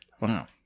Wow